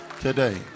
today